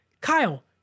Kyle